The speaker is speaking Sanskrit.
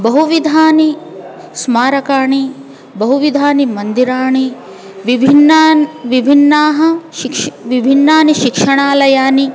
बहुविधानि स्मारकाणि बहु विधानि मन्दिराणि विभिन्नानि विभिन्नाः शिक्षः विभिन्नाः शिक्षणालयाः